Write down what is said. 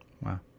Wow